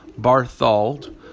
barthold